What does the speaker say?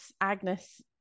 agnes